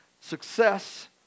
success